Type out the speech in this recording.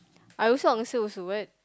I also answer also what